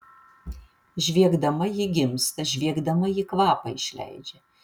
žviegdama ji gimsta žviegdama ji kvapą išleidžia